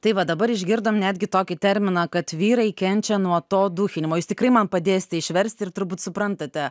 tai va dabar išgirdom netgi tokį terminą kad vyrai kenčia nuo to dūchinimo jūs tikrai man padėsite išversti ir turbūt suprantate